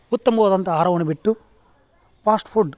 ಉತ್ತಮವಾದಂಥ ಆಹಾರವನ್ನು ಬಿಟ್ಟು ಪಾಸ್ಟ್ ಫುಡ್